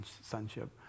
sonship